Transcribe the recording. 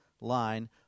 line